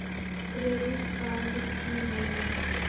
Credit card की होला?